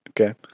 Okay